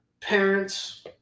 parents